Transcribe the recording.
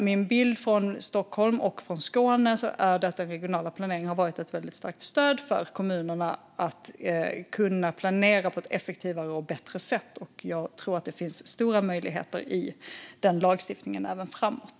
Min bild från Stockholm och från Skåne är att den regionala planeringen har varit ett starkt stöd för kommunerna när det gäller att kunna planera på ett effektivare och bättre sätt. Jag tror att det finns stora möjligheter i denna lagstiftning även framåt.